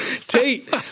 Tate